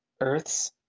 Earths